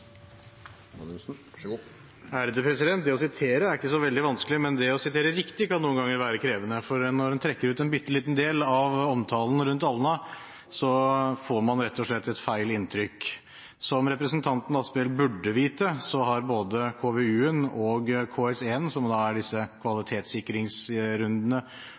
ikke så veldig vanskelig, men det å sitere riktig kan noen ganger være krevende, for når man trekker ut en liten del av omtalen rundt Alna, får man rett og slett et feil inntrykk. Som representanten Asphjell burde vite, har både KVU-en og KS1-en, som da er kvalitetssikringsrundene